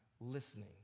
listening